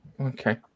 Okay